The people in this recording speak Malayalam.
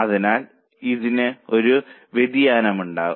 അതിനാൽ ഇതിന് ഒരു വ്യതിയാനമുണ്ടാകാം